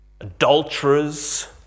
adulterers